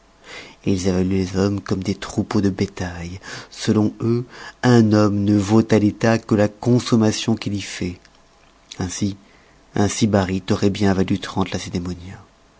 ils évaluent les hommes comme des troupeaux de bétail selon eux un homme ne vaut à l'etat que la consommation qu'il y fait ainsi un sybarite auroit bien valu trente